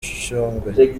shyogwe